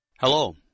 Hello